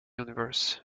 universe